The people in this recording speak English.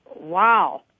wow